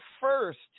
first